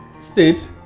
State